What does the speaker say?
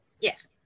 Yes